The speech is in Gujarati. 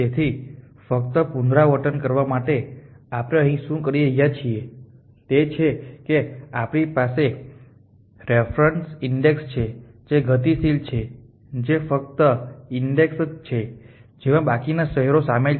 તેથી ફક્ત પુનરાવર્તન કરવા માટે આપણે અહીં શું કરી રહ્યા છીએ તે છે કે આપણી પાસે રેફરન્સ ઈન્ડેક્સ છે જે ગતિશીલ છે જે ફક્ત ઈન્ડેક્સ છે જેમાં બાકીના શહેરો શામેલ છે